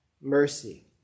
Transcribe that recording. mercy